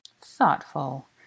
Thoughtful